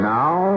now